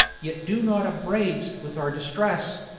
yet do not upbraid's with our distress.